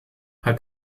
hat